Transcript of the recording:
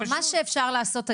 מה שאפשר לעשות היום,